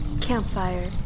Campfire